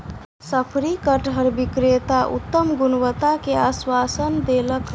शफरी कटहर विक्रेता उत्तम गुणवत्ता के आश्वासन देलक